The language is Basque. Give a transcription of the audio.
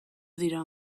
dira